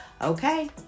Okay